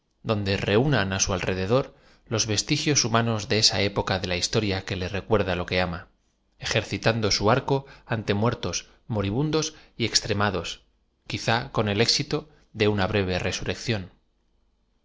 donde reúnan á su alrede dor los vestigios humanos de esa época de la historia que le recuerda lo que ama ejercitando su arco ante muertos moribundos y extrem ados quizá con e l é x i to de una b reve